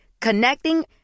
Connecting